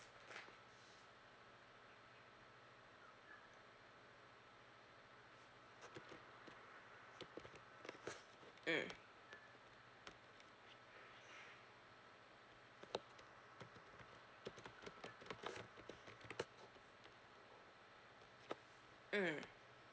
mm mm